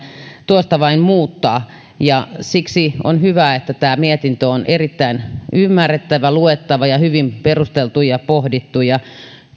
tuosta vain muuttaa ja siksi on hyvä että tämä mietintö on erittäin ymmärrettävä luettava ja hyvin perusteltu ja pohdittu